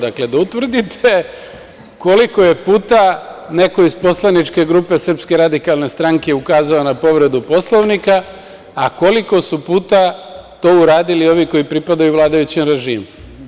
Dakle, da utvrdite koliko je puta neko iz poslaničke grupe SRS ukazao na povredu Poslovnika, a koliko su puta to uradili ovi koji pripadaju vladajućem režimu.